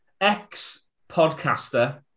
ex-podcaster